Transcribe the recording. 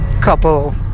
couple